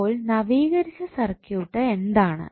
അപ്പോൾ നവീകരിച്ച സർക്യൂട്ട് എന്താണ്